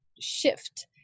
shift